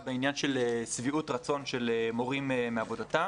בעניין של שביעות רצון של מורים מעבודתם.